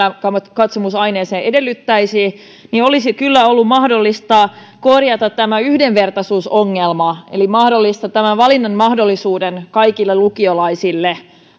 elämänkatsomusaineeseen edellyttäisi niin olisi kyllä ollut mahdollista korjata tämä yhdenvertaisuusongelma eli mahdollistaa tämä valinnanmahdollisuus kaikille lukiolaisille